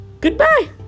goodbye